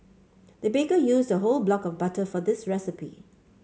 the baker used a whole block of butter for this recipe